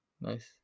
Nice